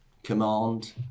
command